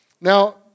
Now